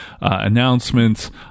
announcements